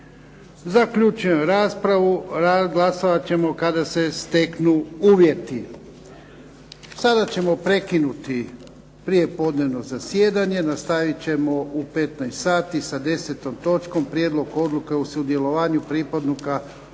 Zaključujem raspravu. Glasovat ćemo kada se steknu uvjeti. Sada ćemo prekinuti prijepodnevno zasjedanje. Nastavit ćemo u 15 sati sa 10. točkom Prijedlog odluke o sudjelovanju pripadnika Oružanih